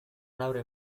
laurea